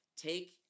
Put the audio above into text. take